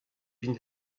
vin